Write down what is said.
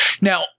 Now